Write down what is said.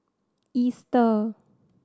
Easter